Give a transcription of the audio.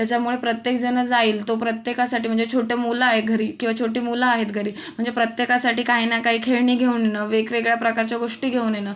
त्याच्यामुळे प्रत्येक जणं जाईल तो प्रत्येकासाठी म्हणजे छोटे मुलं आहे घरी किंवा छोटी मुलं आहेत घरी म्हणजे प्रत्येकासाठी काही ना काही खेळणी घेऊन वेगवेगळ्या प्रकारच्या गोष्टी घेऊन येणं